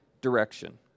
direction